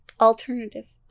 alternative